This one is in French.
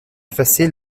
effacé